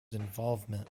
involvement